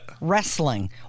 wrestling